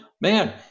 man